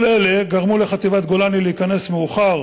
כל אלה גרמו לחטיבת גולני להיכנס מאוחר